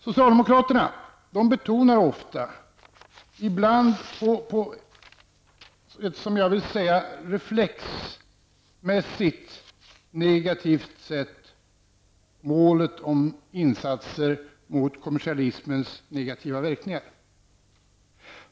Socialdemokraterna betonar ofta -- ibland på ett, som jag vill säga, reflexmässigt negativt sätt -- målet om insatser mot kommersialismens negativa verkningar.